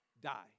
die